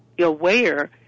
aware